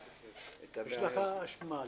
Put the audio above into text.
לשלם עבור חשמל,